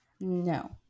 no